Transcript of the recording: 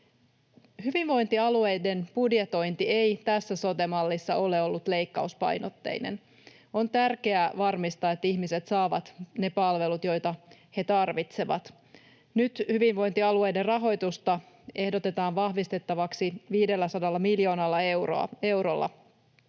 Hyvinvointialueiden budjetointi ei tässä sote-mallissa ole ollut leikkauspainotteinen. On tärkeää varmistaa, että ihmiset saavat ne palvelut, joita he tarvitsevat. Nyt hyvinvointialueiden rahoitusta ehdotetaan vahvistettavaksi 500 miljoonalla eurolla.